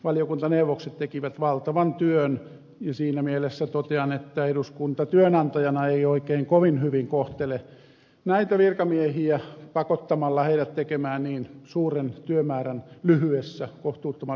valiokuntaneuvokset tekivät valtavan työn ja siinä mielessä totean että eduskunta työnantajana ei oikein kovin hyvin kohtele näitä virkamiehiä pakottamalla heidät tekemään niin suuren työmäärän kohtuuttoman lyhyessä ajassa